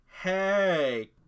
Hey